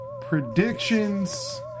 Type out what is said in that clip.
Predictions